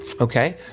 Okay